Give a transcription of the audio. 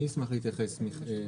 יוראי.